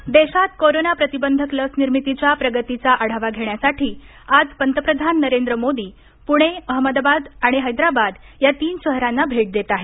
पंतप्रधान देशात कोरोना प्रतिबंधक लस निर्मितीच्या प्रगतीचा आढावा घेण्यासाठी आज पंतप्रधान नरेंद्र मोदी पुणेअहमदाबाद आणि हैदराबाद या तीन शहरांना भेट देत आहेत